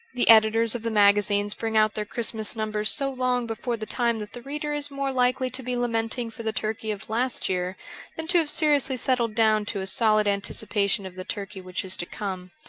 the editors of the magazines bring out their christmas numbers so long before the time that the reader is more likely to be lamenting for the turkey of last year than to have seriously settled down to a solid anticipation of the turkey which is to come.